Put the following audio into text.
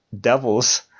devils